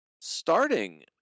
starting